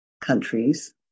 countries